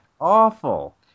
awful